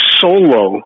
solo